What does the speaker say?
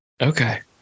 Okay